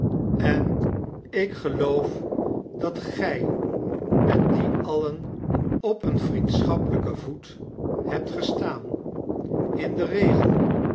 en ik geloot dat gij met die alien op een vriendschappelyken voet hebt gestaan in den regel